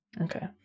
Okay